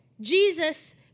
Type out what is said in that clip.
Jesus